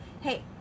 hey